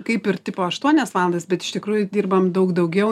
kaip ir tipo aštuonias valandas bet iš tikrųjų dirbam daug daugiau